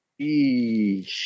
Eesh